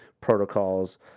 protocols